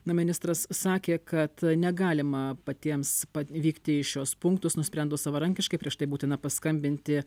na ministras sakė kad negalima patiems vykti į šiuos punktus nusprendus savarankiškai prieš tai būtina paskambinti